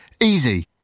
Easy